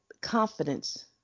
confidence